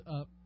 up